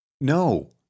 No